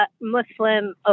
Muslim